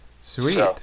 Sweet